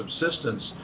subsistence